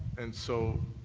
and so,